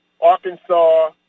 Arkansas